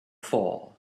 fall